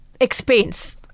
expense